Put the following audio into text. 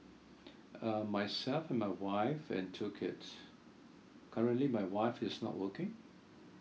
um myself and my wife and two kids currently my wife is not working